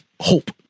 hope